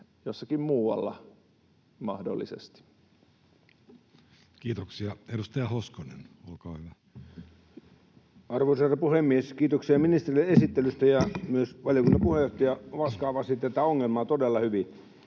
jossakin muualla? Kiitoksia. — Edustaja Hoskonen, olkaa hyvä. Arvoisa herra puhemies! Kiitoksia ministerille esittelystä, ja myös valiokunnan puheenjohtaja Ovaska avasi tätä ongelmaa todella hyvin.